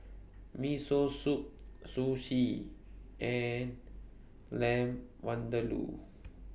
Miso Soup Sushi and Lamb Vindaloo